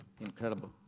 incredible